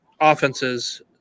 offenses